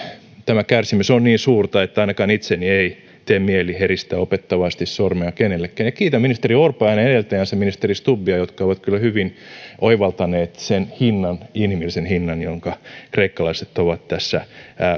tämä kärsimys on niin suurta että ainakaan itseni ei tee mieli heristää opettavaisesti sormea kenellekään ja kiitän ministeri orpoa ja hänen edeltäjäänsä ministeri stubbia jotka ovat kyllä hyvin oivaltaneet sen inhimillisen hinnan jonka kreikkalaiset ovat tästä